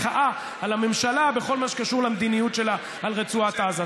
מחאה על הממשלה בכל מה שקשור למדיניות שלה על רצועת עזה.